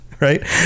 right